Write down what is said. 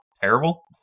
terrible